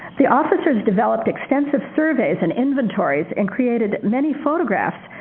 the officers developed extensive surveys and inventories and created many photographs,